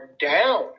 down